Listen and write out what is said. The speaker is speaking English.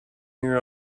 your